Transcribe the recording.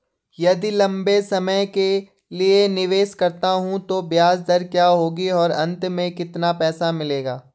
यदि लंबे समय के लिए निवेश करता हूँ तो ब्याज दर क्या होगी और अंत में कितना पैसा मिलेगा?